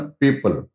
people